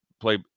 play –